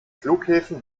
flughäfen